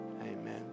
Amen